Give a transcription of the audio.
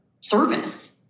service